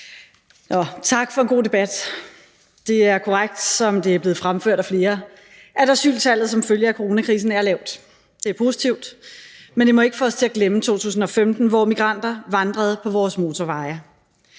Tak for en god debat. Det er korrekt, som det er blevet fremført af flere, at asyltallet som følge af coronakrisen er lavt. Det er positivt, men det må ikke få os til at glemme 2015, hvor migranter vandrede på vores motorveje.